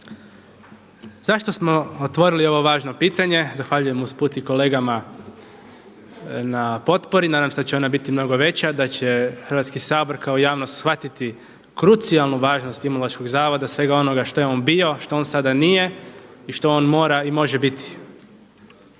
Zašto smo otvorili ovo važno pitanje? Zahvaljujem usput i kolegama na potpori, nadam se da će ona biti mnogo veća, da će Hrvatski sabor kao javnost shvatiti krucijalnu važnost Imunološkog zavoda, svega onoga što je on bio, što on sada nije i što on mora i može biti.